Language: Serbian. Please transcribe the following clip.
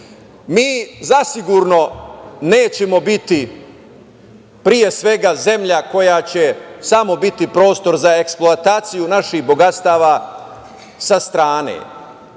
zasigurno nećemo biti, pre svega, zemlja koja će samo biti prostor za eksploataciju naših bogatstava sa strane.